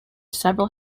several